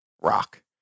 rock